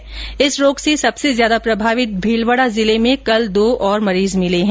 वहीं इस रोग से सब से ज्यादा प्रभावित भीलवाडा जिले में भी कल दो और मरीज मिले है